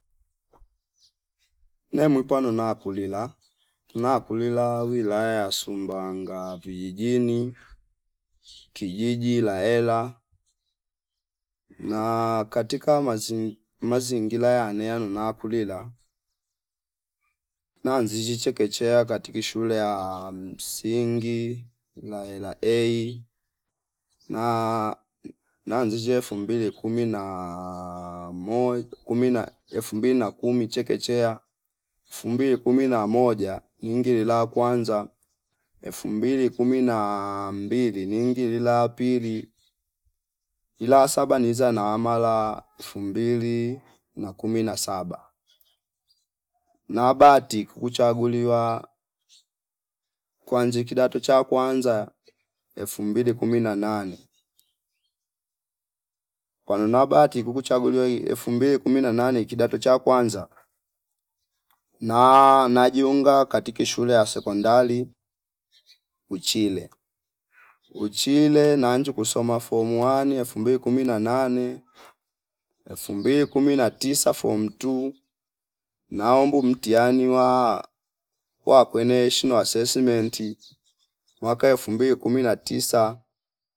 Nemwipano na kulila na kulila wilaya ya Sumbawanga vijijini kijiji laela na katika mazing- mazingila yane mma kulila na nzizi chekechea kati shule ya msingi laela A na nzizi elfu mbili kumi naa moj- kumi na elfu mbili na kumi chekechea elfu mbili kumi na moja ninge la kwanza elfu mbili kumi na mbili ningilila pili ila saba niza na aamala elfu mbili na kumi na saba na bati kuchagaliwa kwanze kidato cha kwanza elfu mbili kumi na nane kwano na bati kukuchagulia elfu kumi na nane kidato cha kwanza na najiunga katiki shule ya sekondari uchile. Uchile nanji kusoma fomu wani elfu kumi na nane elfu kumi na tisa fomu two nombu mtihani wa- wa kwene ishino assesementi mwaka elfu kumi na tisa